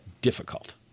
difficult